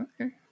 Okay